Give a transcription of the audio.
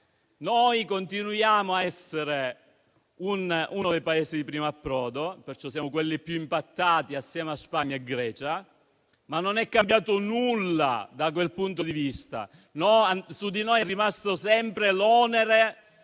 continua a essere uno dei Paesi di primo approdo, perciò è fra quelli più impattati insieme a Spagna e Grecia, ma non è cambiato nulla da quel punto di vista. Su di noi è rimasto sempre l'onere